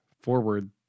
forward